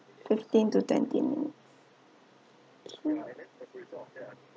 fifteen to twenty minute okay